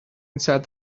inside